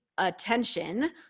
attention